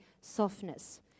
softness